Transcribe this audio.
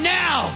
now